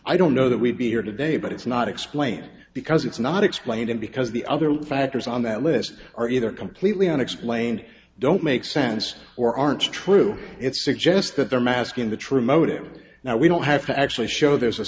i don't know that we'd be here today but it's not explained because it's not explained and because the other factors on that list are either completely unexplained don't make sense or aren't true it suggests that they're masking the true motives now we don't have to actually show there's a